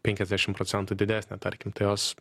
penkiasdešimt procentų didesnė tarkim tai jos